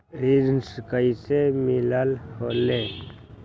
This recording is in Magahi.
ऋण कईसे मिलल ले?